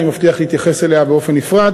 אני מבטיח להתייחס אליה בנפרד.